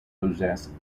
possess